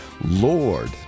Lord